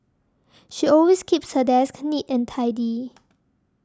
she always keeps her desk neat and tidy